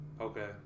Okay